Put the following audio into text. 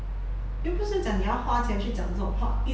又不是讲你要花钱去讲这种话